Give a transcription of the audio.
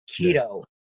keto